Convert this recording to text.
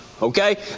Okay